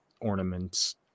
ornaments